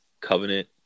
Covenant